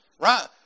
right